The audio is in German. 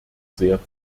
sehr